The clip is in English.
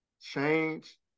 change